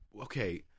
okay